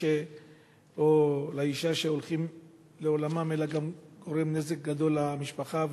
או לאשה שהולכים לעולמם אלא גם גורם נזק למשפחה.